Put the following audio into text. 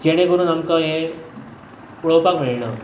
जेणे करून आमकां हें पळोवपाक मेळना